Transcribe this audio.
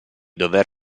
dover